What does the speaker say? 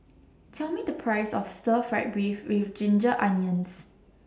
Tell Me The Price of Stir Fry Beef with Ginger Onions